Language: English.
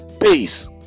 Peace